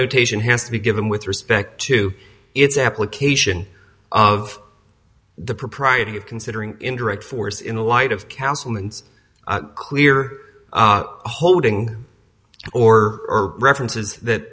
notation has to be given with respect to its application of the propriety of considering indirect force in light of councilman's clear holding or references that